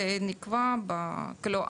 זה נקבע ב- כאילו,